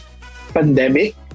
pandemic